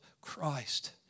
Christ